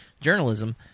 journalism